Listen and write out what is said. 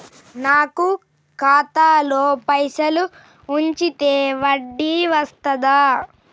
నాకు ఖాతాలో పైసలు ఉంచితే వడ్డీ వస్తదా?